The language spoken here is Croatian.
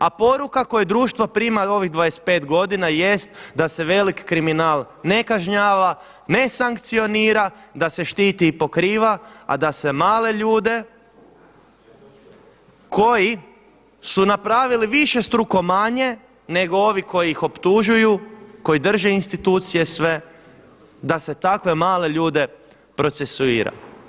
A poruka koju društvo prima ovih 25 godina jest da se velik kriminal ne kažnjava, ne sankcionira, da se štiti i pokriva a da se male ljude koji su napravili višestruko manje nego ovi koji ih optužuju, koji drže institucije sve da se takve male ljude procesuira.